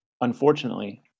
Unfortunately